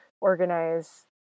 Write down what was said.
organize